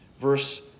Verse